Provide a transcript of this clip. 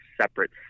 separate